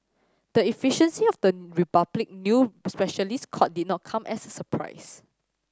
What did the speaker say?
the efficiency of the Republic new specialist court did not come as a surprise